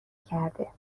کرده